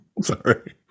Sorry